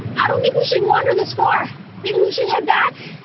i don't think we should wander this far. maybe we should head back?